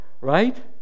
right